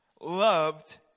loved